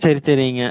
சரி சரிங்க